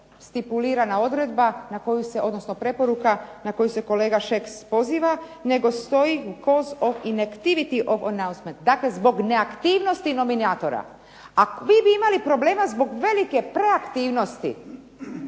stipulirana odredba, odnosno preporuka na koju se kolega Šeks poziva, nego stoji ... /Govornica se ne razumije./ ... dakle zbog neaktivnosti nominatora. A vi bi imali problema zbog velike aktivnosti,